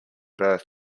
birth